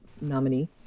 nominee